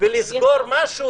לסגור משהו?